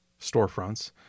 storefronts